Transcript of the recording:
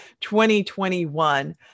2021